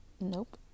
Nope